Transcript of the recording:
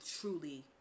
truly